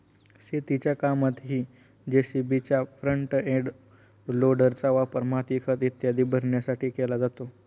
शेतीच्या कामातही जे.सी.बीच्या फ्रंट एंड लोडरचा वापर माती, खत इत्यादी भरण्यासाठी केला जातो